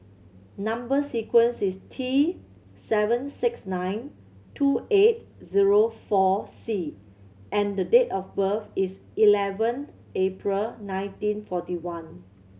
number sequence is T seven six nine two eight zero four C and the date of birth is eleventh April nineteen forty one